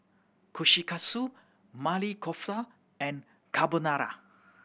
Kushikatsu Maili Kofta and Carbonara